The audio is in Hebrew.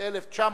ב-1956,